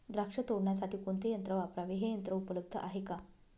द्राक्ष तोडण्यासाठी कोणते यंत्र वापरावे? हे यंत्र उपलब्ध आहे का?